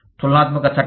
తులనాత్మక చట్టం